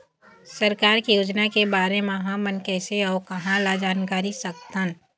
सरकार के योजना के बारे म हमन कैसे अऊ कहां ल जानकारी सकथन?